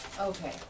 Okay